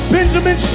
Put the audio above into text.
Benjamin